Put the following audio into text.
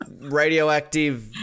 radioactive